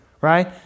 right